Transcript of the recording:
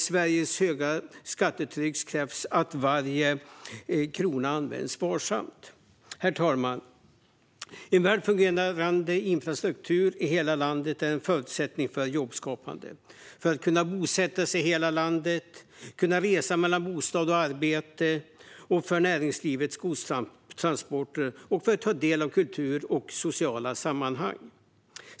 Sveriges höga skattetryck kräver att varje krona används varsamt. Herr talman! En väl fungerande infrastruktur i hela landet är en förutsättning för jobbskapande, för att kunna bosätta sig i hela landet och enkelt kunna resa mellan bostad och arbete, för näringslivets godstransporter och för att ta del av kultur och sociala sammanhang.